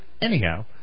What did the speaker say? Anyhow